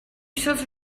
source